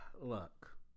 Look